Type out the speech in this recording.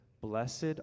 blessed